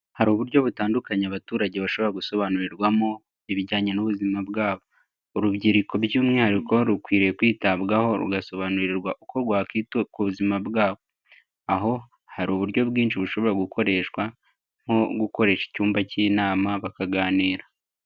Hari uburyo butandukanye abaturage bashobora gusobanurirwamo, ibijyanye n'ubuzima bwabo, urubyiruko by'umwihariko rukwiriye kwitabwaho, rugasobanurirwa uko rwakwita ku buzima bwabo, aho hari uburyo bwinshi bushobora gukoreshwa nko gukoresha icyumba cy'inama, bakaganira.